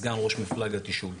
סגן ראש מפלג התשאול.